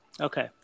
okay